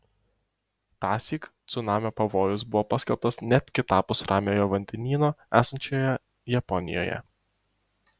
tąsyk cunamio pavojus buvo paskelbtas net kitapus ramiojo vandenyno esančioje japonijoje